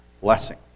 blessing